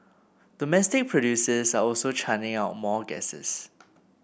domestic producers are also churning out more gases